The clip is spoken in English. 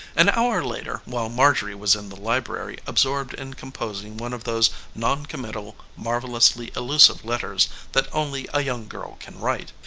an hour later, while marjorie was in the library absorbed in composing one of those non-committal marvelously elusive letters that only a young girl can write,